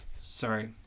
Sorry